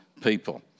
people